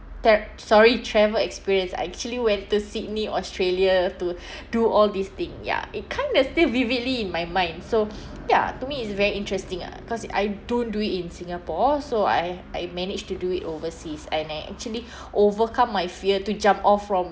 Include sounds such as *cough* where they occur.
tare~ sorry travel experience I actually went to sydney australia to *breath* do all these thing ya it kinda still vividly in my mind so ya to me is very interesting ah cause I don't do it in singapore so I I managed to do it overseas and I actually overcome my fear to jump off from